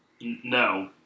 No